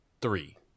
Three